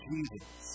Jesus